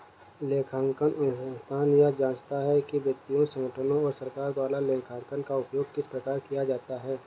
लेखांकन अनुसंधान यह जाँचता है कि व्यक्तियों संगठनों और सरकार द्वारा लेखांकन का उपयोग किस प्रकार किया जाता है